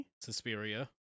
Suspiria